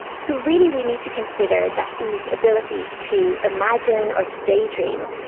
so really we need to consider that these abilities to imagine or to daydream,